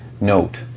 note